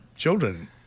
Children